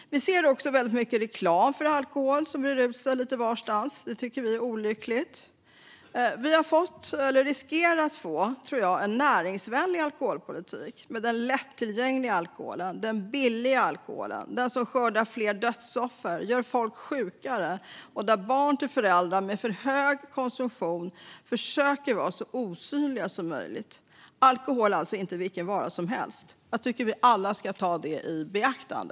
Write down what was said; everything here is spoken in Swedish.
Vi ser också att reklam för alkohol breder ut sig lite varstans, och det tycker vi är olyckligt. Sverige riskerar att få en näringsvänlig alkoholpolitik med lättillgänglig och billig alkohol som skördar fler dödsoffer och gör folk sjukare och där barn till föräldrar med för hög konsumtion försöker göra sig så osynliga som möjligt. Alkohol är inte vilken vara som helst. Låt oss alla ta det i beaktande.